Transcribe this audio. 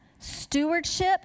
stewardship